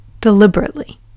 deliberately